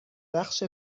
بخش